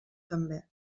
també